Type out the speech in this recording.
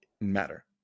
matter